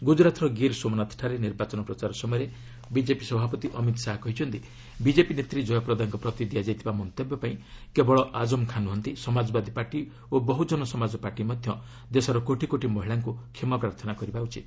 ଗ୍ରଜରାତ୍ର ଗିର୍ ସୋମନାଥଠାରେ ନିର୍ବାଚନ ପ୍ରଚାର ସମୟରେ ବିକେପି ସଭାପତି ଅମିତ୍ ଶାହା କହିଛନ୍ତି ବିକେପି ନେତ୍ରୀ ଜୟପ୍ରଦାଙ୍କ ପ୍ରତି ଦିଆଯାଇଥିବା ମନ୍ତବ୍ୟ ପାଇଁ କେବଳ ଆଜମ୍ ଖାଁ ନୁହନ୍ତି ସମାଜବାଦୀ ପାର୍ଟି ଓ ବହ୍ରଜନ ସମାଜ ପାର୍ଟି ମଧ୍ୟ ଦେଶର କୋଟି କୋଟି ମହିଳାଙ୍କୁ କ୍ଷମା ପ୍ରାର୍ଥନା କରିବା ଉଚିତ